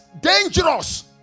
dangerous